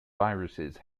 viruses